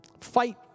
Fight